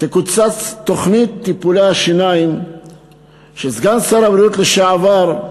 תקוצץ תוכנית טיפולי השיניים שסגן שר הבריאות לשעבר,